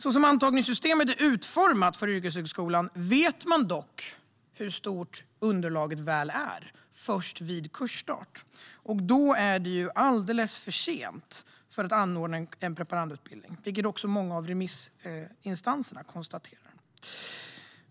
Såsom antagningssystemet är utformat för yrkeshögskolan vet man dock först vid kursstart hur stort underlaget är. Då är det alldeles för sent att anordna en preparandutbildning, vilket också många av remissinstanserna har konstaterat.